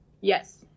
Yes